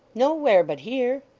nowhere but here